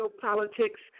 politics